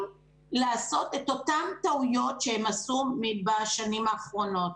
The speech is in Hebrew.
לעשות את אותן טעויות שהם עשו בשנים האחרונות: